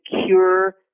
secure